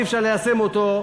אבל אי-אפשר ליישם אותו.